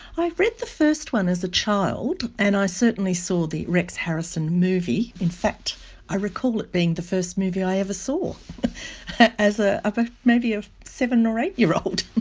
i read the first one as a child and i certainly saw the rex harrison movie. in fact i recall it being the first movie i ever saw as ah ah maybe a seven or eight-year-old.